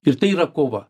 ir tai yra kova